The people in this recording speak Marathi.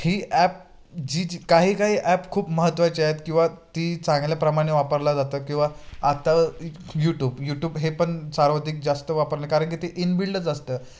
ही ॲप जी जी काही काही ॲप खूप महत्वाचे आहेत किंवा ती चांगल्याप्रमाणे वापरलं जातं किंवा आता यूटूब यूटूब हे पण सर्वाधिक जास्त वापरलं कारण की ते इनबिल्डच असतं